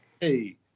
Hey